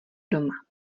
doma